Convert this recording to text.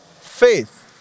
faith